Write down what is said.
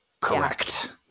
Correct